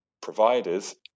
providers